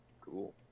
cool